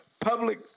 Public